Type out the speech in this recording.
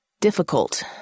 difficult